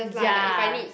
ya